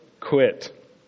quit